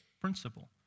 principle